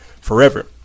forever